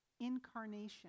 Incarnation